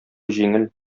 җиңел